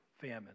famine